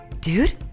Dude